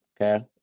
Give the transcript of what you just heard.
Okay